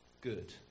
good